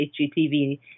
HGTV